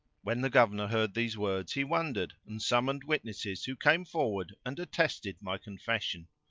when the governor heard these words he wondered and summoned witnesses who came forward and attested my confession.